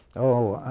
oh,